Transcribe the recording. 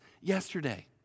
yesterday